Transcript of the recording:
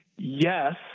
Yes